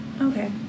Okay